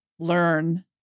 learn